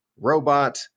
robot